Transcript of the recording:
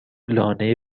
لانه